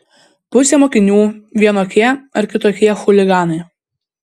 pusė mokinių vienokie ar kitokie chuliganai